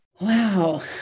Wow